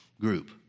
group